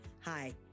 Hi